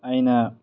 ꯑꯩꯅ